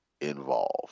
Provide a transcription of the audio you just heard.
involved